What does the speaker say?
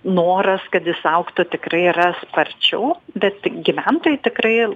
noras kad jis augtų tikrai yra sparčiau bet gyventojai tikrai